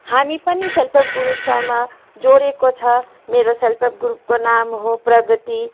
हामी पनि सेल्फहेल्प ग्रुपसँग जोडिएको छ मेरो सेल्फहेल्प ग्रुपको नाम हो प्रगति